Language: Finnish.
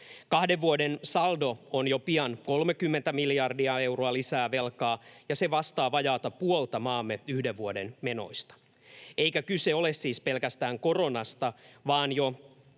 Kahden vuoden saldo on pian jo 30 miljardia euroa lisää velkaa, ja se vastaa vajaata puolta maamme yhden vuoden menoista. Eikä kyse ole siis pelkästään koronasta, vaan jo